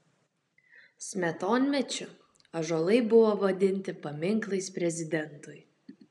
smetonmečiu ąžuolai buvo vadinti paminklais prezidentui